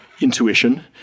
intuition